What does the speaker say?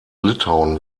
litauen